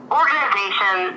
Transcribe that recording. organization